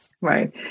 Right